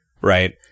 right